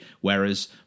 whereas